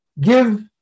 give